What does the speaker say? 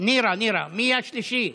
מי השלישי?